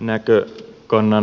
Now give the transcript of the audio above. näkökannan